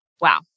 Wow